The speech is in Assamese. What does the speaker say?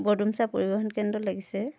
বৰডুমচা পৰিবহন কেন্দ্ৰত লাগিছে